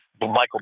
Michael